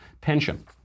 pension